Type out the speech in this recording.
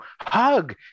hug